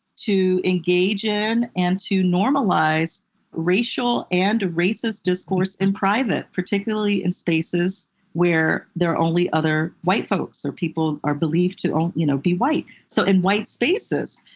to engage in, and to normalize racial and racist discourse in private, particularly in spaces where there are only other white folks or people believed to um you know be white. so in white spaces.